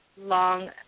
long